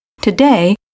Today